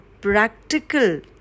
practical